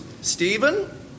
Stephen